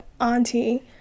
auntie